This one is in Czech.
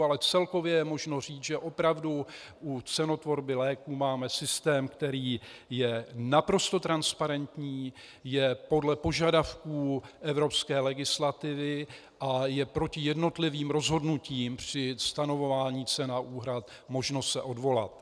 Ale celkově je možno říct, že opravdu u cenotvorby léků máme systém, který je naprosto transparentní, je podle požadavků evropské legislativy a je proti jednotlivým rozhodnutím při stanovování cen a úhrad možnost se odvolat.